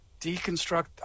deconstruct